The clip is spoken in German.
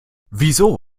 wieso